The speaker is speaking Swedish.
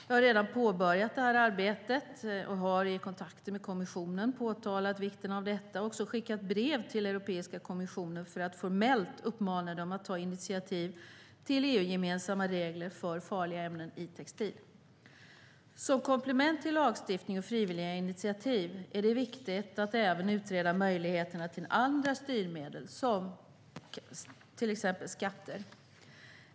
Jag har redan påbörjat detta arbete och har i kontakter med Europeiska kommissionen påtalat vikten av detta och också skickat brev till kommissionen för att formellt uppmana dem att ta initiativ till EU-gemensamma regler för farliga ämnen i textil. Som komplement till lagstiftning och frivilliga initiativ är det viktigt att även utreda möjligheterna till andra styrmedel, till exempel skatter.